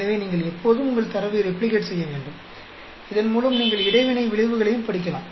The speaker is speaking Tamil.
எனவே நீங்கள் எப்போதும் உங்கள் தரவை ரெப்ளிகேட் செய்ய வேண்டும் இதன்மூலம் நீங்கள் இடைவினை விளைவுகளையும் படிக்கலாம்